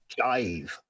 jive